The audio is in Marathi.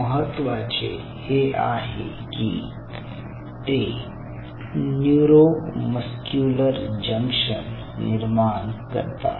महत्वाचे हे आहे की ते न्यूरो मस्क्युलर जंक्शन निर्माण करतात